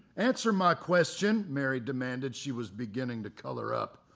answer my question! mary demanded she was beginning to color up.